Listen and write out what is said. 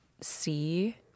see